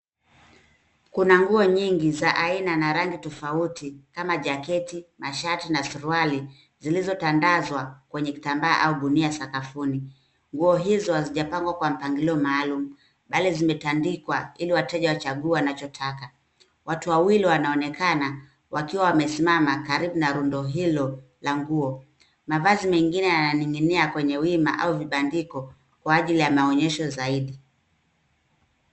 Kuna nguo nyingi za rangi na aina tofauti kama jaketi, mashati na suruali zilizotandazwa kwenye kitambaa au gunia sakafuni. Nguo hizo hazijapangwa kwa mpangilio maalum, bali zimetandikwa ili wateja wachague wanachotaka. Watu wawili wanaonekana wakiwa wamesimama karibu na rundo hilo la nguo. Mavazi mengine yananing'inia kwenye wima au vibandiko kwa ajili ya maonyesho zaidi.